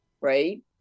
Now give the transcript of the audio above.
Right